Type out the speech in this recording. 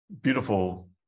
beautiful